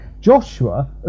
joshua